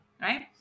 right